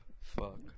fuck